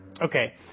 okay